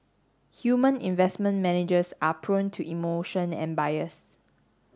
human investment managers are prone to emotion and bias